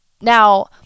now